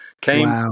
came